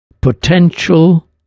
potential